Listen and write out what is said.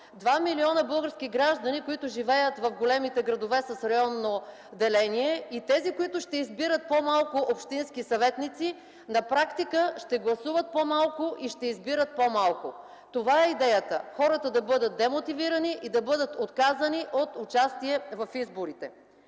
милиона български граждани, които живеят в големите градове с районно отделение, и тези, които ще избират по малко общински съветници, на практика ще гласуват по-малко и ще избират по-малко. Това е идеята – хората да бъдат демотивирани и бъдат отказани от участие в изборите.